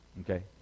okay